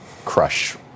crush